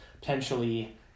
potentially